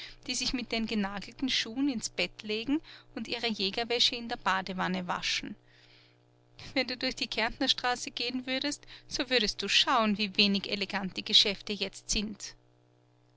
die sich mit den genagelten schuhen ins bett legen und ihre jägerwäsche in der badewanne waschen wenn du durch die kärntnerstraße gehen würdest so würdest du schauen wie wenig elegant die geschäfte jetzt sind